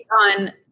on